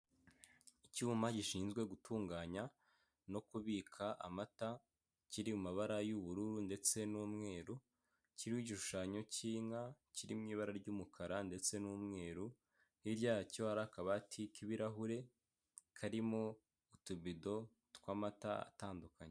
Icyuma gishinzwe gutunganya no kubika amata kiri mu mabara y'ubururu ndetse n'umweru kiriho igishushanyo cy'inka kiriri mu ibara ry'umukara ndetse n'umweru hirya yacyo hari akabati k'ibirahure karimo utubido tw'amata atandukanye.